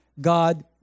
God